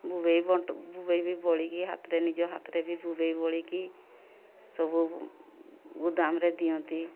ଭୁବେଇ ବଣ୍ଟ ଭୁବେଇ ବି ବଳିକି ହାତରେ ନିଜ ହାତରେ ବି ଭୁବେଇ ବଳିକି ସବୁ ଗୋଦାମରେ ଦିଅନ୍ତି